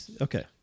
Okay